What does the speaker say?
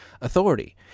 authority